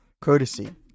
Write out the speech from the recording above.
courtesy